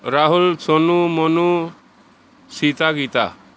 Rahul Sonu Monu Sita Gita